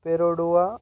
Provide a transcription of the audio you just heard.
Perodua